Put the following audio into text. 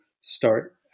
start